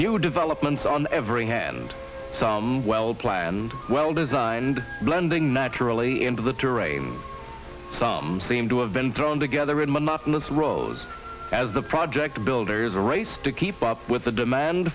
new developments on every hand some well planned well designed blending naturally into the terrain some seemed to have been thrown together in monotonous rows as the project builders a race to keep up with the demand